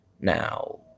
now